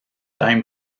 time